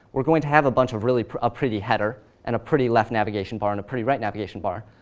we're going to have a bunch of really a pretty header and a pretty left navigation bar and a pretty right navigation bar.